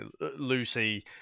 Lucy